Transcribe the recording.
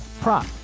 prop